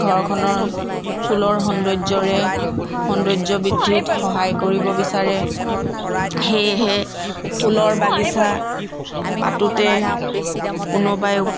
ঘৰখনৰ ফুলৰ সৌন্দৰ্য্যৰে সৌন্দৰ্য্য বৃদ্ধিত সহায় কৰিব বিচাৰে সেয়েহে ফুলৰ বাগিচা পাতোতে কোনোবাই